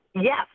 Yes